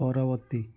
ପରବର୍ତ୍ତୀ